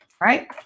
Right